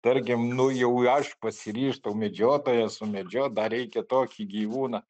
tarkim nu jau aš pasiryžtau medžiotojas sumedžiot dar reikia tokį gyvūną